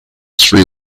sri